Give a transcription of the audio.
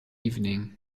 evening